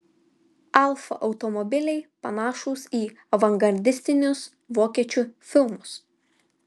alfa automobiliai panašūs į avangardistinius vokiečių filmus